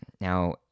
Now